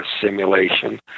simulation